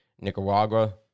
Nicaragua